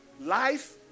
Life